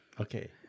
Okay